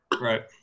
right